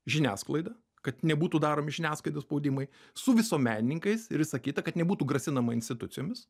žiniasklaida kad nebūtų daromi žiniasklaidos spaudimai su visuomenininkais ir visa kita kad nebūtų grasinama institucijomis